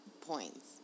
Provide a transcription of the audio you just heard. points